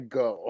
go